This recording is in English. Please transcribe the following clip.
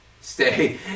stay